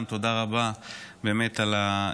התרבות והספורט